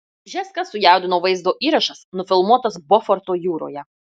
bžeską sujaudino vaizdo įrašas nufilmuotas boforto jūroje